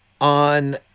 on